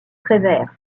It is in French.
prévert